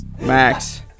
Max